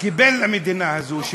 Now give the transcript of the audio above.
כבן למדינה הזאת,